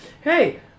hey